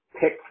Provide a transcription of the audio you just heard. Pick